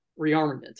rearmament